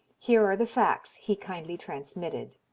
here are the facts he kindly transmitted